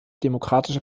demokratische